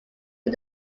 but